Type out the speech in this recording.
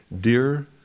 Dear